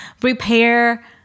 prepare